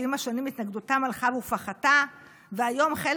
שעם השנים התנגדותן הלכה ופחתה והיום חלק